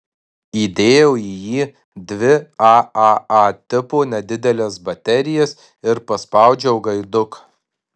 įdėjau į jį dvi aaa tipo nedideles baterijas ir paspaudžiau gaiduką